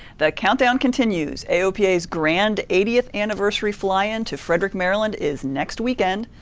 that countdown continues. aopa is grand eightieth anniversary fly in to frederick, maryland is next weekend.